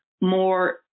more